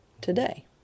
today